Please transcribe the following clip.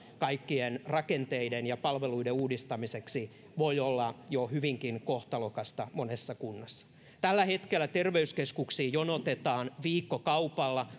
kaikkien rakenteiden ja palveluiden uudistamiseksi voi olla jo hyvinkin kohtalokasta monessa kunnassa tällä hetkellä terveyskeskuksiin jonotetaan viikkokaupalla